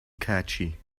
catchy